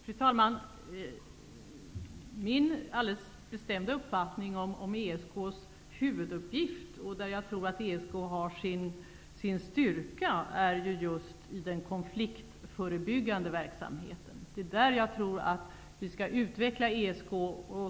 Fru talman! Det är min alldeles bestämda uppfattning att ESK:s huvuduppgift -- och där jag tror att ESK har sin styrka -- är just den konfliktförebyggande verksamheten. Det är där jag tror att vi skall utveckla ESK.